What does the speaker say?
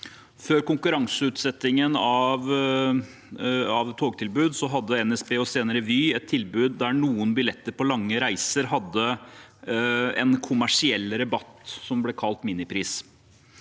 Før konkurranseutsettingen av togtilbud, hadde NSB og senere Vy et tilbud der noen billetter på lange reiser hadde en kommersiell rabatt som ble kalt «minipris».